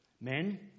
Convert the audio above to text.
men